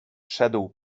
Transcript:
szedł